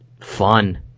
fun